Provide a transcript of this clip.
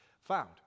found